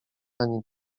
ani